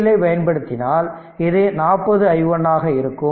L ஐப் பயன்படுத்தினால இது 40i1 ஆக இருக்கும்